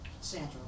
Sandra